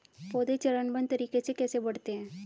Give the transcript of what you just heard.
पौधे चरणबद्ध तरीके से कैसे बढ़ते हैं?